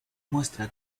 muestra